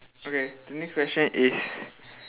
okay the next question is